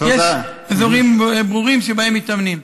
יש אזורים ברורים שבהם מתאמנים.